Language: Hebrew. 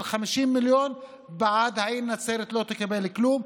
50 מיליון בעוד העיר נצרת לא תקבל כלום.